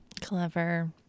Clever